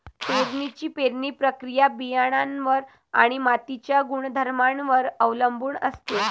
पेरणीची पेरणी प्रक्रिया बियाणांवर आणि मातीच्या गुणधर्मांवर अवलंबून असते